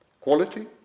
Quality